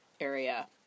area